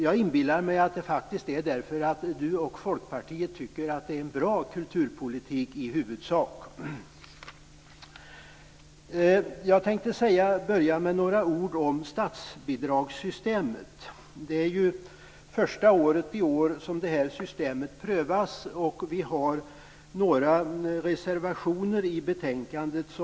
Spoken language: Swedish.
Jag inbillar mig faktiskt att det beror på att han och Folkpartiet tycker att det i huvudsak är en bra kulturpolitik. Jag tänkte börja med att säga några ord om statsbidragssystemet. I år är första året som detta system prövas. Det finns några reservationer i betänkandet.